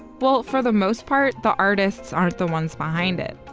well for the most part, the artists aren't the ones behind it.